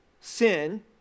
sin